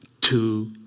two